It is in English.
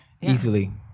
easily